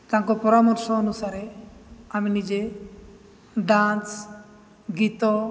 ତାଙ୍କ ପରାମର୍ଶ ଅନୁସାରେ ଆମେ ନିଜେ ଡ୍ୟାନ୍ସ ଗୀତ